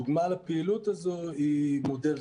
דוח מבקר המדינה שנעסוק בו הוא דוח עתיק למדי,